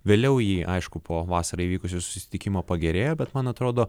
vėliau ji aišku po vasarą įvykusio susitikimo pagerėjo bet man atrodo